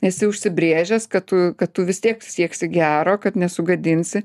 esi užsibrėžęs kad tu kad tu vis tiek sieksi gero kad nesugadinsi